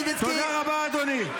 תודה רבה, אדוני.